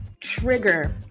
trigger